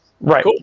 Right